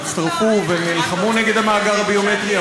הצטרפו ונלחמו נגד המאגר הביומטרי.